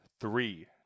three